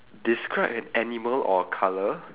describe an animal or a colour